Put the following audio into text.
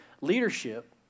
leadership